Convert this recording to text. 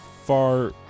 far